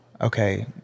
Okay